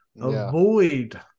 avoid